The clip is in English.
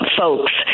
folks